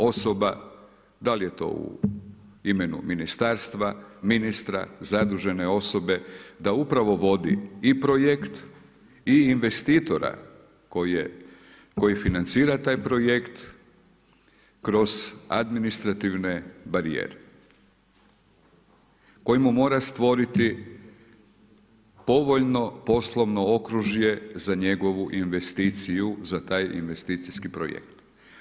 Osoba da li je to u imenu ministarstva, ministra, zadužene osobe, da upravo vodi i projekt i investitora koji financira taj projekt kroz administrativne barijere koji mu mora stvoriti povoljno poslovno okružje za njegovu investiciju za taj investicijski projekt.